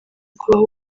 kubaho